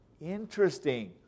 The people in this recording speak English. Interesting